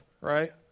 Right